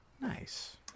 Nice